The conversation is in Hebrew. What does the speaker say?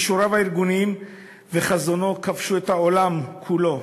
כישוריו הארגוניים וחזונו כבשו את העולם כולו.